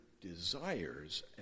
desires